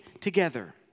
together